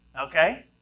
Okay